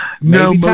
no